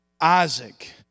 Isaac